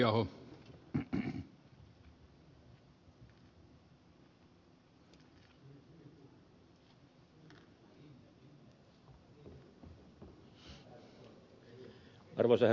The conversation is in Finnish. arvoisa herra puhemies